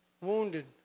Wounded